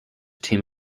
team